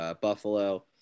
Buffalo